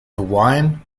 hawaiian